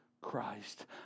Christ